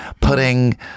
putting